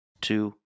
two